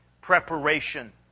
preparation